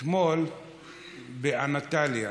אתמול באנטליה,